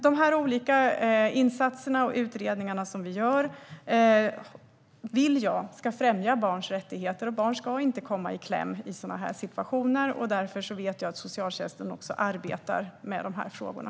De här olika insatserna och utredningarna som vi gör vill jag ska främja barns rättigheter. Barn ska inte komma i kläm i sådana här situationer, och därför vet jag att socialtjänsten arbetar med de här frågorna.